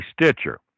stitcher